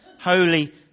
holy